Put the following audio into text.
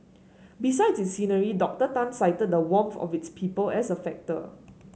besides its scenery Doctor Tan cited the warmth of its people as a factor